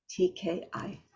tki